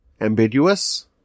ambiguous